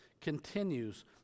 continues